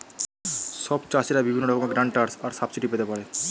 সব চাষীরা বিভিন্ন রকমের গ্র্যান্টস আর সাবসিডি পেতে পারে